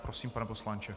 Prosím, pane poslanče.